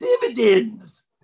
dividends